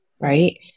right